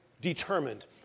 determined